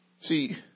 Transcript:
see